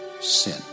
sin